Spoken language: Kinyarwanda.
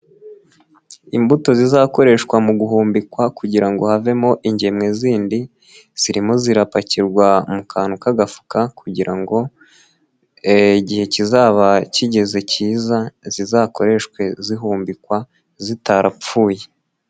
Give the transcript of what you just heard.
Imbuto zizakoreshwa mu guhumbikwa kugira ngo havemo ingemwe zindi zirimo zirapakirwa mu kantu k'agafuka kugira ngo igihe kizaba kigeze kiza zizakoreshwe zihumbikwa zitarapfuye.